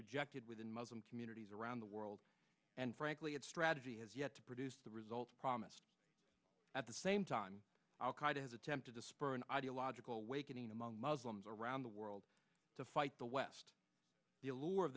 rejected within muslim communities around the world and frankly its strategy has yet to produce the result promised at the same time al qaeda has attempted to spur an ideological awakening among muslims around the world to fight the west the allure of